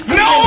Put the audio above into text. no